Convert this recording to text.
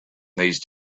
these